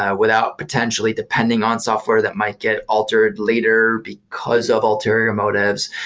ah without potentially depending on software that might get altered later because of ulterior motives.